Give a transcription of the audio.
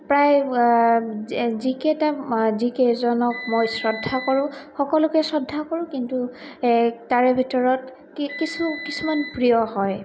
প্ৰায় যিকেইটা যিকেইজনক মই শ্ৰদ্ধা কৰোঁ সকলোকে শ্ৰদ্ধা কৰোঁ কিন্তু তাৰে ভিতৰত কি কিছু কিছুমান প্ৰিয় হয়